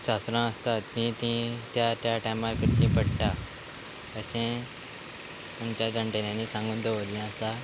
शास्रां आसतात ती ती त्या त्या टायमार करची पडटा अशें म्हणच्या जाण्टेल्यांनी सांगून दवरलें आसा